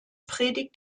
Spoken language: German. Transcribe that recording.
predigt